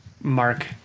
Mark